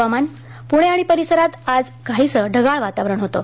हवामान पुणे आणि परिसरांत आज काहीसं ढगाळ वातावरण होतं